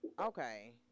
Okay